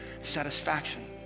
satisfaction